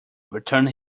returned